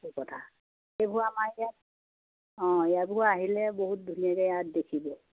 কথা এইবোৰ আমাৰ ইয়াত অঁ এইবোৰ আহিলে বহুত ধুনীয়াকে ইয়াত দেখিব